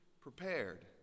prepared